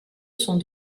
sont